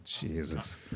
Jesus